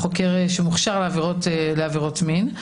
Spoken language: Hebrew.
או חוקר שמוכשר לעבירות מין.